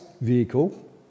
vehicle